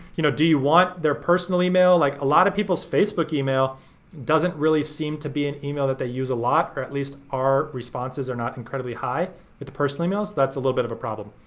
you know, do you want their personal email? like, a lot of people's facebook email doesn't really seem to be an email that they use a lot or at least our responses are not incredibly high with the personal emails so that's a little bit of a problem.